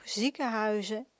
ziekenhuizen